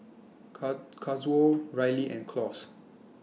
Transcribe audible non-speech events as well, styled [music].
[unintelligible] Kazuo Riley and Claus